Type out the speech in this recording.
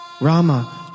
Rama